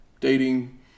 dating